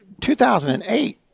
2008